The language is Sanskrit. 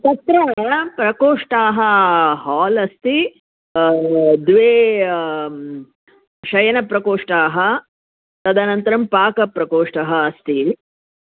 तत्र प्रकोष्ठाः हाल् अस्ति द्वे शयनप्रकोष्ठाः तदनन्तरं पाकप्रकोष्ठः अस्ति